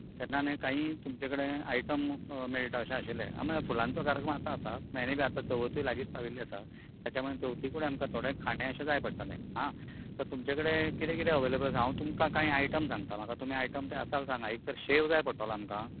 तेन्ना न्हय काई तुमचे कडेन आयटम मेळटा अशें आशिल्लें आमी फुलांचो कार्यक्रम आतां आसा एनी वे आतां चवतूय लागींच पाविल्ली आसा ताच्या मुळे चवती कडेन आमकां थोडें खाणें अशें जाय पडटलें आं तर तुमचे कडेन कितें कितें अवेलेबल आसा हांव तुमकां कांय आयटम सांगता म्हाका तुमी आयटम ते आसा जाल्यार सांगांत एक तर शेव जाय पडटलो आमकां